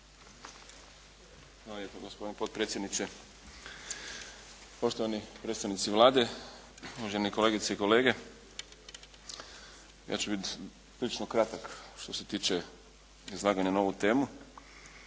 lijepo gospodine potpredsjedniče. Poštovani predstavnici Vlade, uvaženi kolegice i kolege ja ću biti prilično kratak što se tiče izlaganja na ovu temu